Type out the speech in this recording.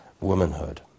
womanhood